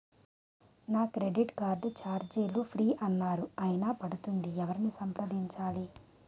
నా credit card ఛార్జీలు free అన్నారు అయినా పడుతుంది ఎవరిని సంప్రదించాలి?